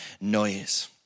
noise